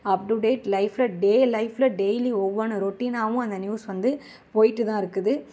up to date லைஃப்ல day லைஃப்ல daily ஒவ்வொன்று ரொட்டினாகவும் அந்த நியூஸ் வந்து போயிகிட்டுதான் இருக்குது